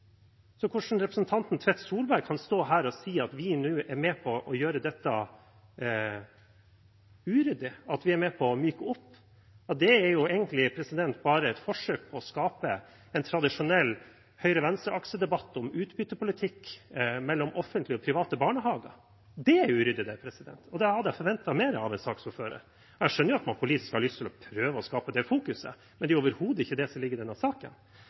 Så at representanten Tvedt Solberg kan stå her og si at vi nå er med på å gjøre dette uryddig, at vi er med på å myke opp, er egentlig bare et forsøk på å skape en tradisjonell høyre–venstreakse-debatt om utbyttepolitikk mellom offentlige og private barnehager. Det er uryddig. Der hadde jeg forventet mer av en saksordfører. Jeg skjønner jo at man politisk har lyst til å prøve å skape det inntrykket, men det er overhodet ikke det som ligger i denne saken.